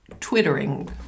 Twittering